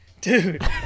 dude